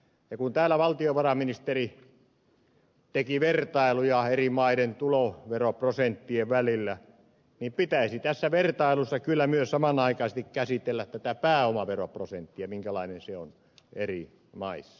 kun täällä valtiovarainministeri teki vertailuja eri maiden tuloveroprosenttien välillä niin pitäisi tässä vertailussa kyllä myös samanaikaisesti käsitellä pääomaveroprosenttia minkälainen se on eri maissa